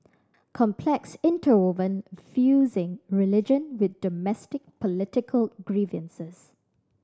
complex interwoven fusing religion with domestic political grievances